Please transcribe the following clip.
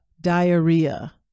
diarrhea